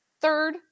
Third